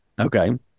Okay